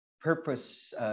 purpose